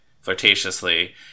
flirtatiously